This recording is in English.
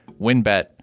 WinBet